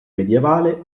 medievale